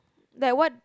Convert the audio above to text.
like what